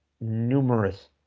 numerous